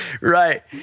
Right